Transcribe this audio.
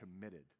committed